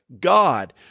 God